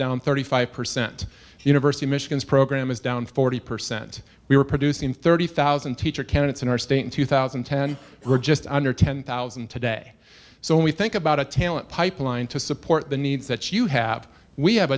down thirty five percent university michigan's program is down forty percent we were producing thirty thousand teacher candidates in our state in two thousand and ten were just under ten thousand today so when we think about a talent pipeline to support the needs that you have we have